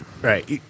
Right